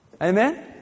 Amen